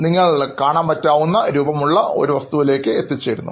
നിങ്ങൾ കാണാൻ പറ്റാവുന്ന രൂപമുള്ള ഒരു വസ്തുവിലേക്ക് എത്തിച്ചേരുന്നു